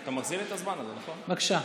בבקשה.